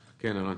כן, ערן.